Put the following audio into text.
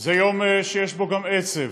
זה יום שיש בו גם עצב,